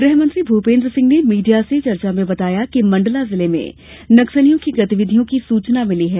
गृहमंत्री भूपेन्द्र सिंह ने मीडिया से चर्चा में बताया कि मण्डला जिले में नक्सलियों की गतिविधियों की सूचना मिली है